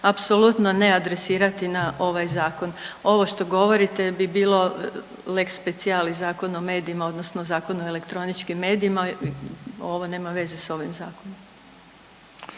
apsolutno ne adresirati na ovaj zakon. Ovo što govorite bi bilo lex specialis Zakon o medijima odnosno Zakon o elektroničkim medijima, ovo nema veze s ovim zakonom.